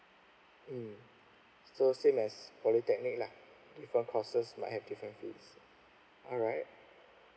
mm so same as polytechnic lah different courses might have different fees alright